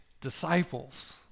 disciples